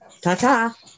Ta-ta